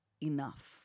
enough